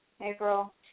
April